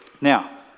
Now